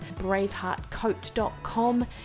braveheartcoach.com